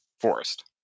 forest